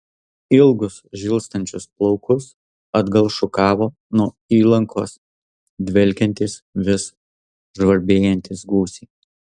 ilgus žilstančius plaukus atgal šukavo nuo įlankos dvelkiantys vis žvarbėjantys gūsiai